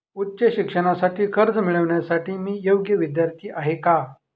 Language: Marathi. उच्च शिक्षणासाठी कर्ज मिळविण्यासाठी मी योग्य विद्यार्थी आहे का?